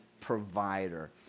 provider